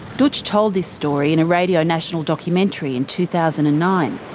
dootch told this story in a radio national documentary in two thousand and nine.